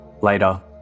Later